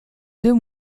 deux